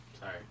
Sorry